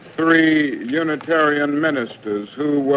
three unitarian ministers who